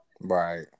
Right